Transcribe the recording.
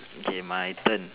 okay my turn